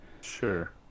Sure